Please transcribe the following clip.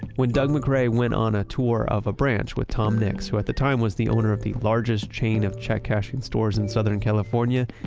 when doug mcgray went of a tour of a branch with tom nix, who at the time was the owner of the largest chain of check cashing stores in southern california.